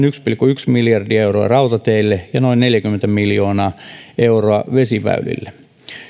yksi pilkku yksi miljardia euroa rautateille ja noin neljäkymmentä miljoonaa euroa vesiväylille